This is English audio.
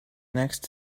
next